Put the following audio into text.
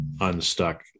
unstuck